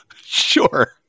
sure